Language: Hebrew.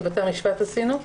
ובתי המשפט עשו.